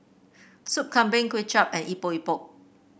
Sop Kambing Kuay Chap and Epok Epok